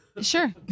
Sure